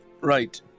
right